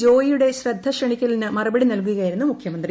ജോയിയുടെ ശ്രദ്ധ ക്ഷണിക്കലിന് മറുപടി നൽകുകയായിരുന്നു മുഖ്യമന്ത്രി